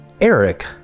Eric